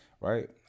right